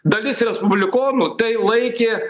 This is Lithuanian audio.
dalis respublikonų tai laikė